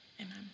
Amen